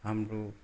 हाम्रो